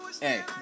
Hey